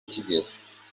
cyigeze